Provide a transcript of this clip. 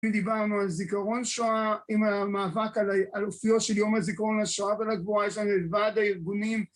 אם דיברנו על זיכרון שואה, עם המאבק על אופיו של יום הזיכרון לשואה ולגבורה, יש לנו את ועד הארגונים